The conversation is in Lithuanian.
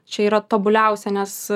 čia yra tobuliausia nes